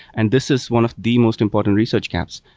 and this is one of the most important research gaps.